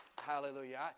Hallelujah